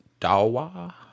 Dawa